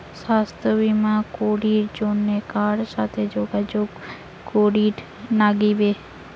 স্বাস্থ্য বিমা করির জন্যে কার সাথে যোগাযোগ করির নাগিবে?